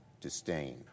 disdain